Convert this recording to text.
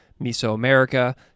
Mesoamerica